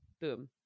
boom